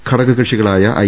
ഘടകകക്ഷികളായ I